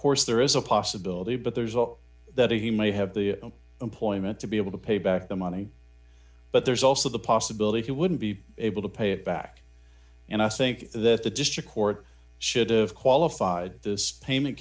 course there is a possibility but there's also that he may have the employment to be able to pay back the money but there's also the possibility he wouldn't be able to pay it back and i think that the district court should've qualified this payment